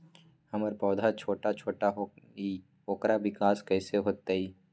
हमर पौधा छोटा छोटा होईया ओकर विकास कईसे होतई?